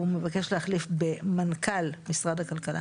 הוא מבקש להחליף במנכ"ל משרד הכלכלה